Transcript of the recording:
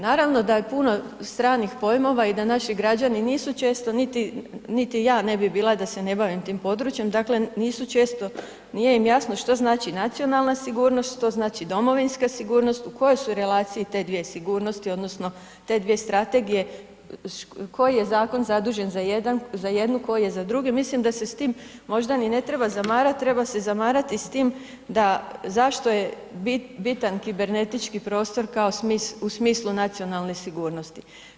Naravno da je puno stranih pojmova i da naši građani nisu često, niti ja ne bi bila da se ne bavim tim područjem, dakle nisu često nije im jasno šta znači nacionalna sigurnost, što znači domovinska sigurnost, u kojoj su relaciji te dvije sigurnosti odnosno te dvije strategije, koji je zakon zadužen za jednu, koji je za drugu, mislim da se s tim možda ni ne treba zamarati, treba se zamarat s tim da zašto je bitan kibernetički kao u smislu nacionalne sigurnosti.